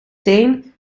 steen